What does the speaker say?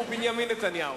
הוא בנימין נתניהו.